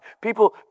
people